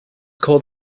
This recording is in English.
called